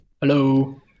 hello